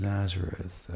Nazareth